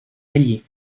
alliés